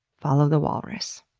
follow the walrus.